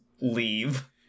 leave